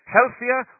Healthier